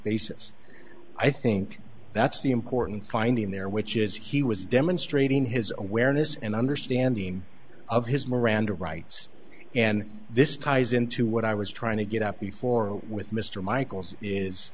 basis i think that's the important finding there which is he was demonstrating his own where in this and understanding of his miranda rights and this ties into what i was trying to get up before with mr michaels